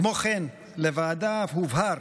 כמו כן, לוועדה הובהר